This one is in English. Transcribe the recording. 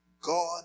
God